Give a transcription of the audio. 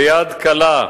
ביד קלה,